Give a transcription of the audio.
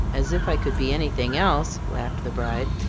as if i could be anything else! laughed the bride.